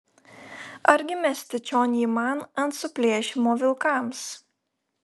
argi mesti čion jį man ant suplėšymo vilkams